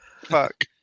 Fuck